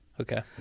Okay